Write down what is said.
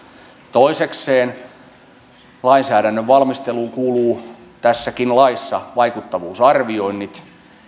toisekseen lainsäädännön valmisteluun kuuluu tässäkin laissa vaikuttavuusarvioinnit